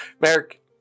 Merrick